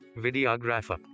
Videographer